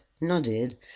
Nodded